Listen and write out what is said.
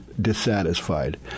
dissatisfied